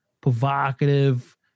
provocative